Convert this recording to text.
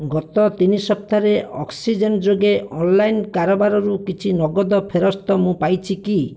ଗତ ତିନି ସପ୍ତାହରେ ଅକ୍ସିଜେନ୍ ଯୋଗେ ଅନଲାଇନ୍ କାରବାରରୁ କିଛି ନଗଦ ଫେରସ୍ତ ମୁଁ ପାଇଛି କି